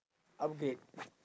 upgrade